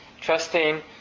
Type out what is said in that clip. trusting